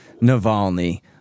Navalny